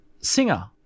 singer